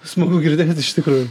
smagu girdėt kad iš tikro